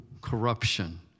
corruption